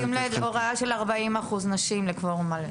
--- חייבים הוראה של 40% נשים לקוורום מלא.